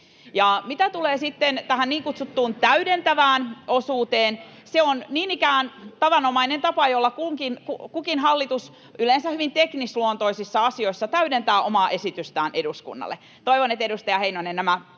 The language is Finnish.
sitten tähän niin kutsuttuun täydentävään osuuteen, se on niin ikään tavanomainen tapa, jolla kukin hallitus yleensä hyvin teknisluontoisissa asioissa täydentää omaa esitystään eduskunnalle. Toivon, edustaja Heinonen, että